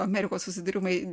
amerikos susidūrimai